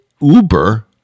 Uber